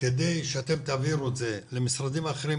כדי שתעבירו את זה למשרדים האחרים,